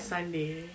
sunday